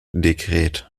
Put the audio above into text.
dekret